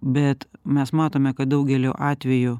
bet mes matome kad daugeliu atvejų